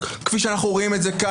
כפי שאנחנו רואים את זה כאן.